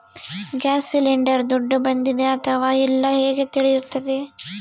Gas cylinder ದುಡ್ಡು ಬಂದಿದೆ ಅಥವಾ ಇಲ್ಲ ಹೇಗೆ ತಿಳಿಯುತ್ತದೆ?